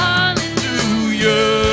Hallelujah